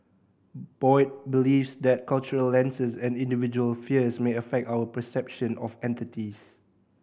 Boyd believes that cultural lenses and individual fears may affect our perception of entities